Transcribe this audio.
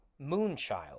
Moonchild